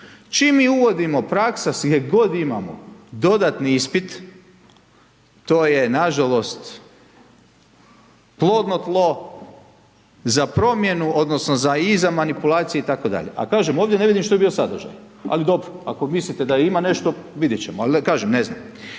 Čim mi uvodimo praksa, gdje god imamo dodatni ispit, to je nažalost, plodno tlo za promjenu odnosno za i za manipulacije itd., a kažem, ovdje ne vidim što je bio sadržaj, ali dobro, ako mislite da ima nešto, vidjet ćemo, ali kažem, ne znam.